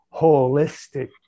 holistic